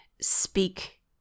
speak